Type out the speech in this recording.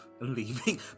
leaving